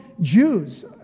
Jews